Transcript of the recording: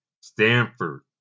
Stanford